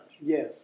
Yes